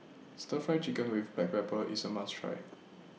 Stir Fry Chicken with Black Pepper IS A must Try